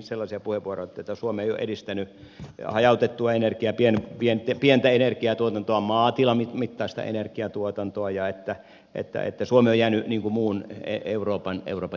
sellaisia puheenvuoroja että suomi ei ole edistänyt hajautettua energiaa pientä energiatuotantoa maatilan mittaista energiatuotantoa ja että suomi on jäänyt muun euroopan jälkeen